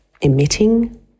emitting